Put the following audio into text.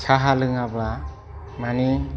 साहा लोङाब्ला माने